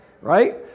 right